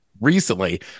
recently